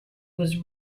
was